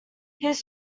his